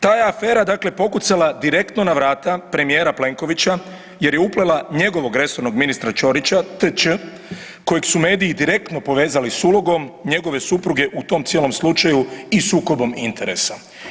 Ta je afera dakle, pokucala direktno na vrata premijer Plenkovića jer je uplela njegovog resornog ministra Ćorića, T.Ć. kojeg su mediji direktno povezali s ulogom njegove supruge u tom cijelom slučaju i sukobom interesa.